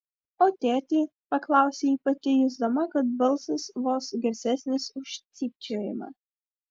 o tėtį paklausė ji pati jusdama kad balsas vos garsesnis už cypčiojimą